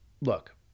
Look